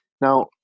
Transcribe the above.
Now